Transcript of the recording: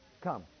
come